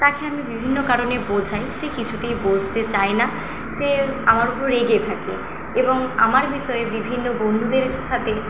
তাকে আমি বিভিন্ন কারণে বোঝাই সে কিছুতেই বুঝতে চায় না সে আমার ওপর রেগে থাকে এবং আমার বিষয়ে বিভিন্ন বন্ধুদের সাথে